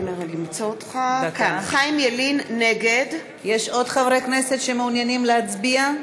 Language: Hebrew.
נגד יש עוד חברי כנסת שמעוניינים להצביע?